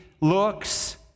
looks